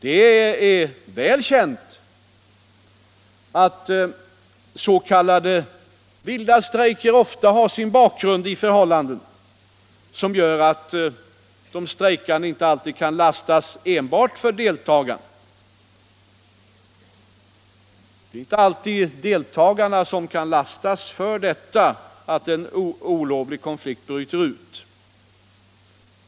Det är väl känt att s.k. vilda strejker ofta har sin bakgrund i förhållanden som gör att inte enbart deltagarna kan lastas för att en olovlig konflikt bryter ut.